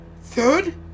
Third